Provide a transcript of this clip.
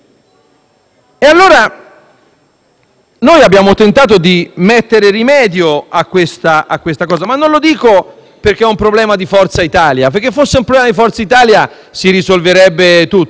Noi abbiamo tentato di porre rimedio a questo e non lo dico perché è un problema di Forza Italia (se fosse un problema di Forza Italia si risolverebbe tutto), ma perché è un problema di questo Parlamento.